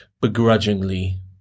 begrudgingly